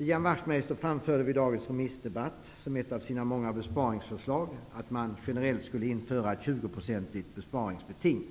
Ian Wachtmeister framförde vid dagens remissdebatt, som ett av sina många besparingsförslag, att man generellt skulle införa ett 20-procentigt besparingsbeting,